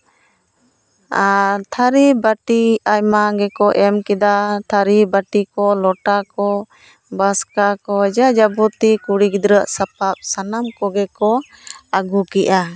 ᱟᱨ ᱛᱷᱟᱹᱨᱤ ᱵᱟᱹᱴᱤ ᱟᱭᱢᱟ ᱜᱮᱠᱚ ᱮᱢ ᱠᱮᱫᱟ ᱛᱷᱟᱹᱨᱤ ᱵᱟᱹᱴᱤ ᱠᱚ ᱞᱚᱴᱟ ᱠᱚ ᱵᱟᱥᱠᱟ ᱠᱚ ᱡᱟᱼᱡᱟᱵᱚᱛᱤ ᱠᱩᱲᱤ ᱜᱤᱫᱽᱨᱟᱹᱣᱟᱜ ᱥᱟᱯᱟᱵ ᱥᱟᱱᱟᱢ ᱠᱚᱜᱮ ᱠᱚ ᱟᱹᱜᱩ ᱠᱮᱜᱼᱟ